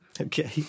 Okay